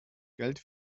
geld